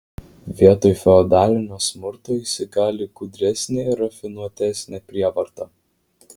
vietoj feodalinio smurto įsigali gudresnė ir rafinuotesnė prievarta